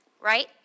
right